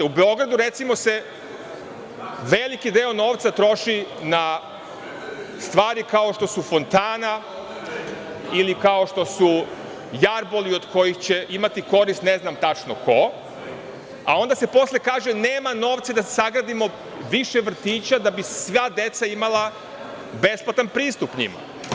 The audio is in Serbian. U Beogradu se, recimo, veliki deo novca troši na stvari kao što su fontana ili kao što su jarboli od kojih će imati korist ne znam tačno ko, a onda se posle kaže – nema novca da sagradimo više vrtića da bi sva deca imala besplatan pristup njima.